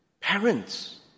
parents